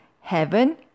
heaven